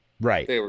Right